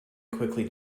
quickly